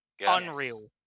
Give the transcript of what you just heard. unreal